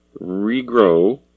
regrow